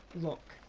look,